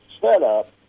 setup